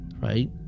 Right